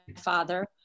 father